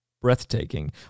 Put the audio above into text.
breathtaking